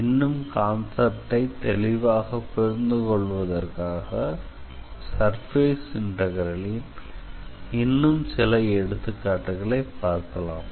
இன்னும் கான்செப்ட்டை தெளிவாகப் புரிந்து கொள்வதற்காக சர்ஃபேஸ் இன்டெக்ரல் ல் இன்னும் சில எடுத்துக்காட்டுகளை பார்க்கலாம்